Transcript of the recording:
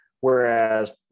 whereas